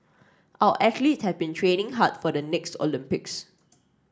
our athletes have been training hard for the next Olympics